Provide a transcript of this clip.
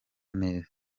neza